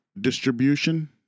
distribution